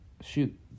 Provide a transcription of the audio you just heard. Shoot